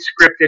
scripted